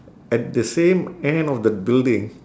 at the same end of the building